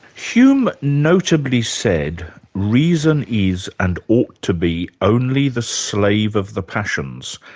hume notably said reason is and ought to be only the slave of the passions,